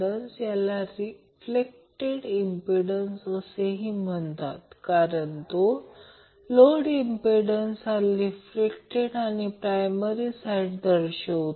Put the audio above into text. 5 103 आहे ज्याला रेडियन म्हणतात या गोष्टीला काय म्हणतात ते रेडियन पर सेकंडआहे ते येथे दिले आहे